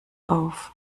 auf